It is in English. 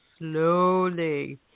Slowly